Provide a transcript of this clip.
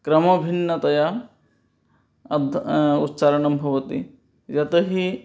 क्रमभिन्नतया अत् उच्चारणं भवति यतो हि